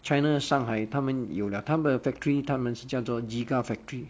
china shanghai 他们有 lah 他们的 factory 他们是叫做 gigafactory